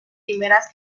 primeras